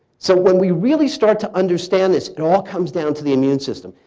so when we really start to understand this it all comes down to the immune system.